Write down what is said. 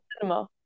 cinema